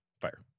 fire